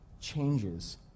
changes